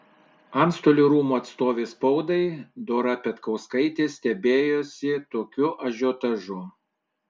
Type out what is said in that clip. antstolių rūmų atstovė spaudai dora petkauskaitė stebėjosi tokiu ažiotažu